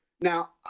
Now